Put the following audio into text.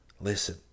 Listen